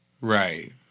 Right